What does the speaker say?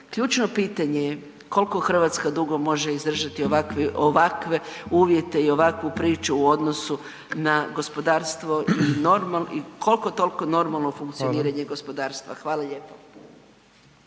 Ključno pitanje je koliko Hrvatska dugo može izdržati ovakve uvjete i ovakvu priču u odnosu na gospodarstvo i koliko toliko normalno funkcioniranje gospodarstva? Hvala lijepo.